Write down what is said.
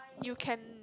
you can